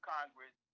Congress